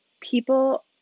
people